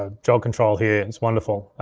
ah jog control here, it's wonderful.